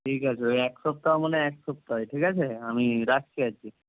ঠিক আছে ওই এক সপ্তাহ মানে এক সপ্তাহই ঠিক আছে আমি রাখছি আজকে